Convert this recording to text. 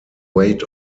weight